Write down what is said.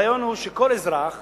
הרעיון הוא שכל אזרח